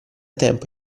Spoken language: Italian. tempo